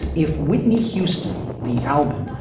if whitney houston, the album,